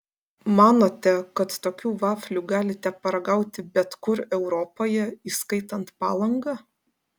manote kad tokių vaflių galite paragauti bet kur europoje įskaitant palangą